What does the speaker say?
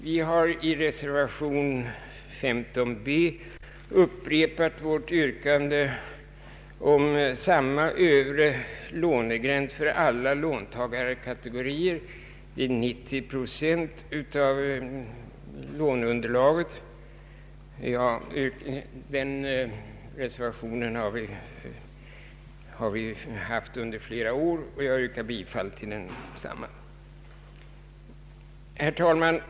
Vi har i reservation 15b upprepat vårt yrkande om samma övre lånegräns för alla låntagarkategorier vid 90 procent av låneunderlaget. Den reservationen har vi haft under flera år, och jag yrkar bifall till densamma. Herr talman!